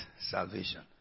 salvation